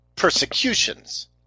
Persecutions